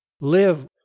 live